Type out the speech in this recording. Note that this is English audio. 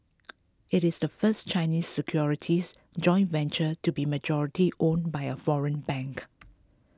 it is the first Chinese securities joint venture to be majority owned by a foreign bank